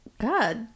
God